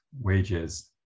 wages